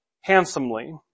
handsomely